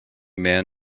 man